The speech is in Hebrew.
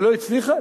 ולא הצליחה,